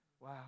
Wow